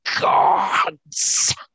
gods